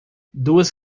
duas